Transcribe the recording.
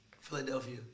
Philadelphia